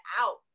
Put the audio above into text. out